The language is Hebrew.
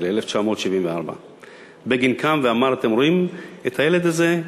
1974. בגין קם ואמר: אתם רואים את הילד הזה?